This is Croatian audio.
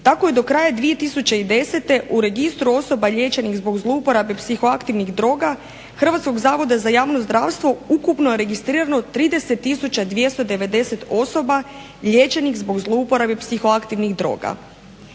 tako je do kraja 2010. u registru osoba liječenih zbog zlouporabe psihoaktivnih droga Hrvatskog zavoda za javno zdravstvo ukupno registrirano 30 tisuća 290 osoba liječenih zbog zlouporabe psihoaktivnih droga.